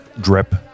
drip